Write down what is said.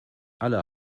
alle